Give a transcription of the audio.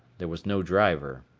there was no driver.